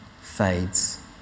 fades